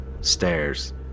Stairs